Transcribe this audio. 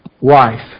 wife